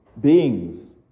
beings